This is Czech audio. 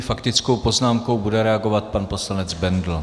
Faktickou poznámkou bude reagovat pan poslanec Bendl.